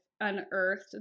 unearthed